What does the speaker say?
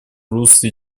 русле